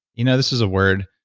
you know this is a word,